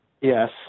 Yes